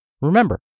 Remember